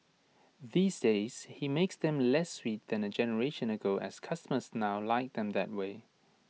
these days he makes them less sweet than A generation ago as customers now like them that way